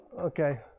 Okay